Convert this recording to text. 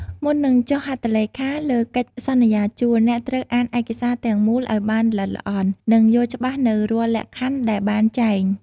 មុននឹងចុះហត្ថលេខាលើកិច្ចសន្យាជួល អ្នកត្រូវអានឯកសារទាំងមូលឱ្យបានល្អិតល្អន់ និងយល់ច្បាស់នូវរាល់លក្ខខណ្ឌដែលបានចែង។